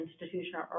institutional